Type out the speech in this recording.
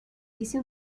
dice